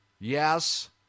Yes